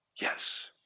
Yes